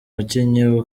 wakinnye